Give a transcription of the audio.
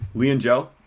lee and joe,